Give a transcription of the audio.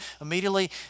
Immediately